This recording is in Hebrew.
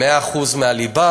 בו 100% הליבה,